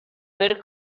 per